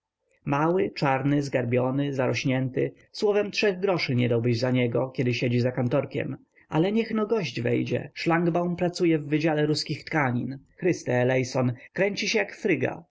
mały czarny zgarbiony zarośnięty słowem trzech groszy nie dałbyś za niego kiedy siedzi za kantorkiem ale niech-no gość wejdzie szlangbaum pracuje w wydziale russkich tkanin chryste elejson kręci się jak fryga